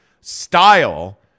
style